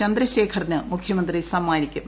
ചന്ദ്രശേഖറിന് മുഖ്യമന്ത്രി സമ്മാനിക്കും